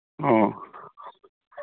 ꯑꯣ